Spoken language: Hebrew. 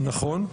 נכון.